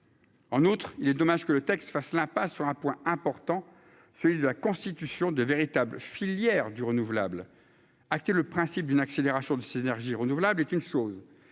En outre, il est dommage que le texte fasse l'impasse sur un point important, celui de la constitution de véritables filières du renouvelable acté le principe d'une accélération de synergies renouvelable est une chose